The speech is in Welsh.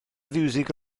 fiwsig